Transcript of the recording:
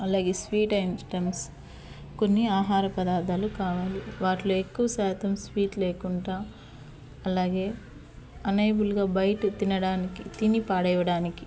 అలాగే sweet items కొన్ని ఆహార పదార్థాలు కావాలి వాటిలో ఎక్కువ శాతం స్వీట్ లేకుండా అలాగే అనేబుల్గా బయట తినడానికి తిని పడేయడానికి